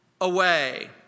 away